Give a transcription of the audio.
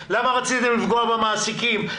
למה רציתם לפגוע במעסיקים,